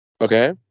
Okay